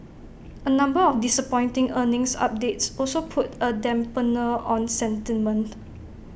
A number of disappointing earnings updates also put A dampener on sentiment